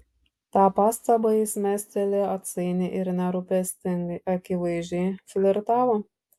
tą pastabą jis mestelėjo atsainiai ir nerūpestingai akivaizdžiai flirtavo